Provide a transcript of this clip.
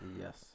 Yes